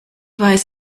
weiß